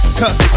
cause